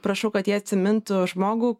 prašau kad jie atsimintų žmogų